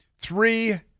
three